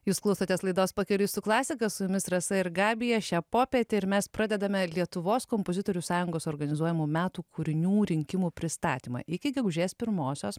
jūs klausotės laidos pakeliui su klasika su jumis rasa ir gabija šią popietę ir mes pradedame lietuvos kompozitorių sąjungos organizuojamų metų kūrinių rinkimų pristatymą iki gegužės pirmosios